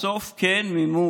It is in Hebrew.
בסוף, כן מימון,